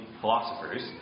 philosophers